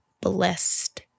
Blessed